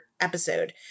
episode